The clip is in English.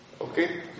Okay